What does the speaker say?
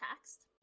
text